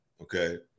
Okay